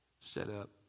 setup